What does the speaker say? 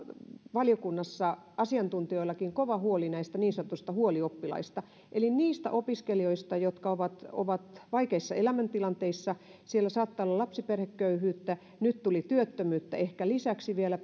valiokunnassa oli asiantuntijoillakin kova huoli juuri näistä niin sanotuista huolioppilaista eli niistä opiskelijoista jotka ovat ovat vaikeissa elämäntilanteissa siellä saattaa olla lapsiperheköyhyyttä ja nyt tuli perheisiin ehkä lisäksi vielä